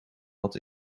had